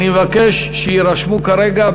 אני מבקש שיירשמו כרגע.